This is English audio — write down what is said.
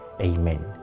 Amen